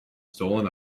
stolen